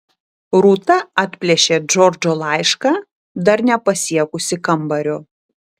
rūta atplėšė džordžo laišką dar nepasiekusi kambario